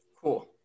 cool